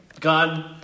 God